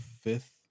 fifth